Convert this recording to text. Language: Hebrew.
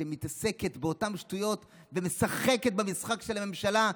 שמתעסקת באותן שטויות ומשחקת במשחק של הממשלה,